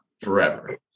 forever